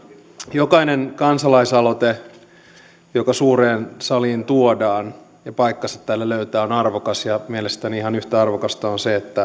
jokainen kansalais aloite joka suureen saliin tuodaan ja paikkansa täällä löytää on arvokas ja mielestäni ihan yhtä arvokasta on se että